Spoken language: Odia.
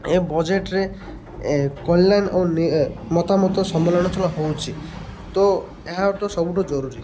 ଏ ବଜେଟ୍ରେ ଓ ମତାମତ ହେଉଛି ତ ଏହା ତ ସବୁଠୁ ଜରୁରୀ